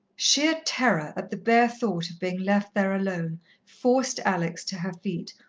sheer terror at the bare thought of being left there alone forced alex to her feet,